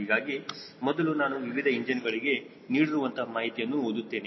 ಹೀಗಾಗಿ ಮೊದಲು ನಾನು ವಿವಿಧ ಇಂಜಿನ್ ಗಳಿಗೆ ನೀಡಿರುವಂತಹ ಮಾಹಿತಿಯನ್ನು ಓದುತ್ತೇನೆ